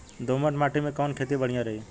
दोमट माटी में कवन खेती बढ़िया रही?